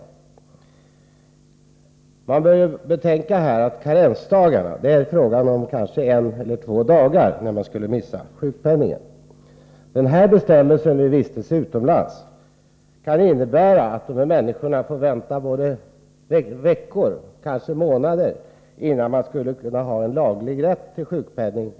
Beträffande karensdagarna bör man betänka att det är fråga om en eller kanske två dagars sjukpenning man går miste om. De bestämmelser om sjukpenning vid vistelse utomlands som nu har trätt i kraft kan innebära att de drabbade människorna får vänta veckor, kanske månader, innan de har laglig rätt till sjukpenning.